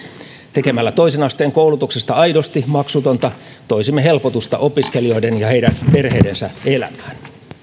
tekemällä toisen asteen koulutuksesta aidosti maksutonta toisimme helpotusta opiskelijoiden ja heidän perheidensä elämään